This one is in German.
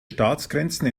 staatsgrenzen